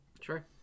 Sure